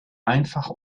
einfach